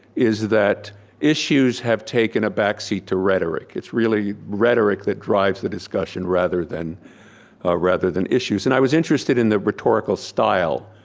is that issues have taken a backseat to rhetoric, it's really rhetoric that drives the discussion rather rather than issues and i was interested in the rhetorical style.